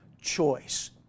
choice